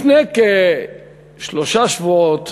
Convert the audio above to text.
לפני כשלושה שבועות,